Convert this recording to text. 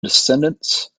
descendants